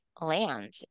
land